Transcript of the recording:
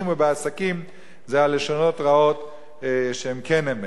ובעסקים זה על לשונות רעות שהן כן אמת.